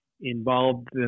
involved